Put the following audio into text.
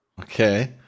okay